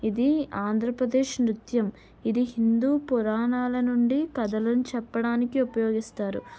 ఇది ఆంధ్రప్రదేశ్ నృత్యం ఇది హిందు పురాణాల నుండి కథలను చెప్పడానికి ఉపయోగిస్తారు